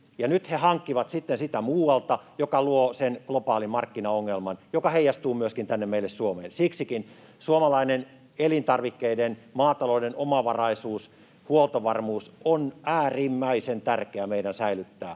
nyt he hankkivat sitten sitä muualta, mikä luo sen globaalin markkina-ongelman, joka heijastuu myöskin tänne meille Suomeen. Siksikin suomalainen elintarvikkeiden, maatalouden omavaraisuus, huoltovarmuus on äärimmäisen tärkeä meidän säilyttää,